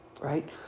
right